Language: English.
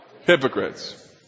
Hypocrites